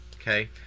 okay